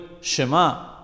Shema